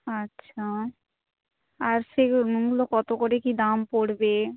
আচ্ছা আর সে গুলো কত করে কী দাম পড়বে